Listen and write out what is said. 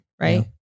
right